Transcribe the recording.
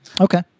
Okay